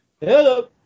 Hello